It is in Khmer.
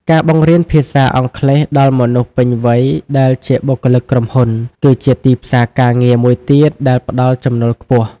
ការបង្រៀនភាសាអង់គ្លេសដល់មនុស្សពេញវ័យដែលជាបុគ្គលិកក្រុមហ៊ុន គឺជាទីផ្សារការងារមួយទៀតដែលផ្តល់ចំណូលខ្ពស់។